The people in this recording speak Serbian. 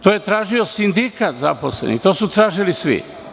To je tražio sindikat zaposlenih, to su tražili svi.